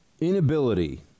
inability